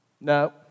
no